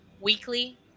weekly